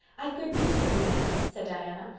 i've good news for you, anne, said diana.